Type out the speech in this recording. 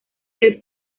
del